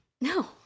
No